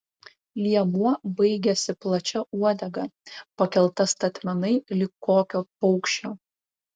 liemuo baigėsi plačia uodega pakelta statmenai lyg kokio paukščio